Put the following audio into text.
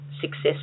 success